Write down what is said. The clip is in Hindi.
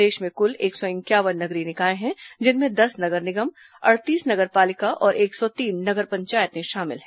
प्रदेश में कुल एक सौ इंक्यावन नगरीय निकाय हैं जिनमें दस नगर निगम अड़तीस नगर पालिका और एक सौ तीन नगर पंचायतें शामिल हैं